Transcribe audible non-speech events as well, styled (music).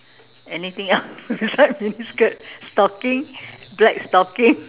anything else (laughs) beside miniskirt stocking black stocking